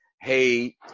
Hey